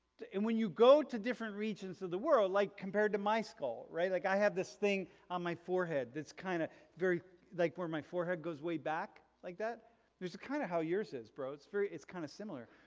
and when you go to different regions of the world like compared to my skull, right? like i have this thing on my forehead that's kind of very like where my forehead goes way back like that there's kind of how yours is bro, it's very, it's kind of similar.